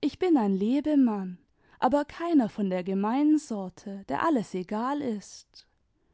ich bin ein lebemann aber keiner von der gemeinen sorte der alles egal ist